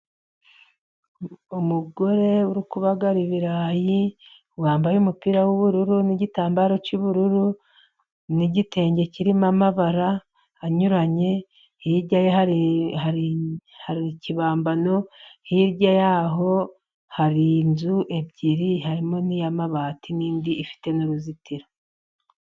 Umugore uri kubagara ibirayi, wambaye umupira w'ubururu n'igitambaro cy'ubururu, n'igitenge kirimo amabara anyuranye, hirya ye hari ikibambano hirya y'aho hari inzu ebyiri, harimo n'iy'amabati n'indi ifite uruzitiro.